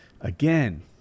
again